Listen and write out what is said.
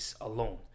alone